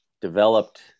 developed